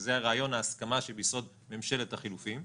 שזה רעיון ההסכמה שביסוד ממשלת החילופים.